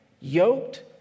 yoked